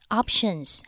options